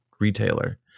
retailer